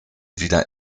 wieder